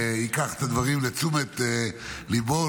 ייקח את הדברים לתשומת ליבו,